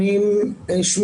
האם לצורך העניין,